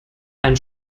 ein